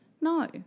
No